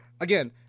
again